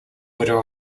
widow